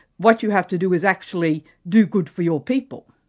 what you have to do is actually do good for your people.